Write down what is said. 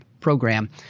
program